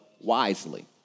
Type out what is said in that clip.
wisely